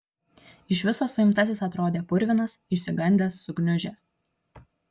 iš viso suimtasis atrodė purvinas išsigandęs sugniužęs